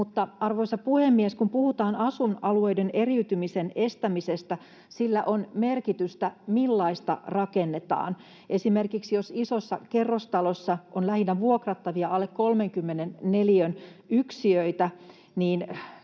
arvoisa puhemies, kun puhutaan asuinalueiden eriytymisen estämisestä, sillä on merkitystä, millaista rakennetaan. Esimerkiksi jos isossa kerrostalossa on lähinnä vuokrattavia alle 30 neliön yksiöitä,